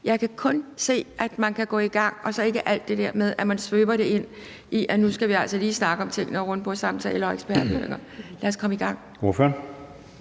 Jeg kan kun se, at man kan gå i gang. Og så skal vi ikke have alt det der med, at man svøber det ind i, at nu skal vi altså lige snakke om tingene og have rundbordssamtaler og eksperthøringer. Lad os komme i gang.